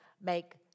make